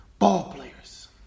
ballplayers